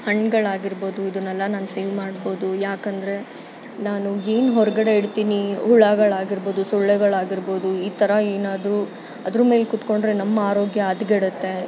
ಹಣ್ಗಳು ಆಗಿರ್ಬೋದು ಇದನ್ನೆಲ್ಲ ನಾನು ಸೇವ್ ಮಾಡ್ಬೋದು ಯಾಕಂದರೆ ನಾನು ಏನ್ ಹೊರಗಡೆ ಇಡ್ತೀನಿ ಹುಳಗಳಾಗಿರ್ಬೋದು ಸೊಳ್ಳೆಗಳಾಗಿರ್ಬೋದು ಈ ಥರ ಏನಾದರೂ ಅದ್ರ ಮೇಲೆ ಕುತ್ಕೊಂಡರೆ ನಮ್ಮ ಆರೋಗ್ಯ ಹದ್ಗೆಡತ್ತೆ